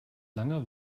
lange